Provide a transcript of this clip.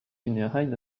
funérailles